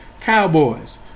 Cowboys